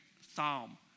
psalm